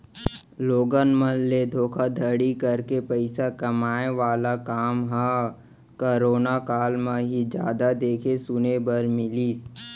लोगन मन ले धोखाघड़ी करके पइसा कमाए वाला काम ह करोना काल म ही जादा देखे सुने बर मिलिस